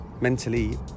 mentally